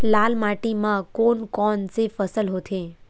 लाल माटी म कोन कौन से फसल होथे?